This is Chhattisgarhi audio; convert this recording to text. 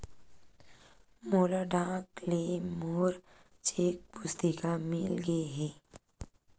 मोला डाक ले मोर चेक पुस्तिका मिल गे हे